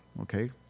okay